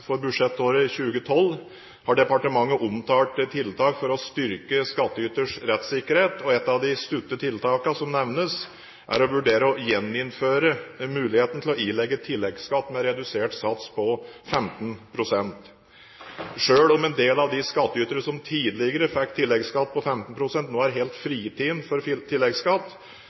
for budsjettåret 2012 – har departementet omtalt tiltak for å styrke skattyters rettssikkerhet. Et av de kortsiktige tiltakene som nevnes, er å vurdere å gjeninnføre muligheten til å ilegge tilleggsskatt med redusert sats på 15 pst. Selv om en del av de skattytere som tidligere fikk tilleggsskatt på 15 pst., nå er helt fritatt for tilleggsskatt,